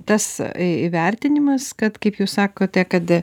tas į įvertinimas kad kaip jūs sakote kad